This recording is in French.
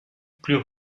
plus